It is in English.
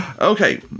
Okay